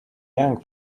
young